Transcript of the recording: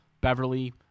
Beverly